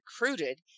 recruited